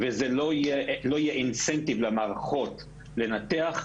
ולא יהיה מניע למערכות לנתח,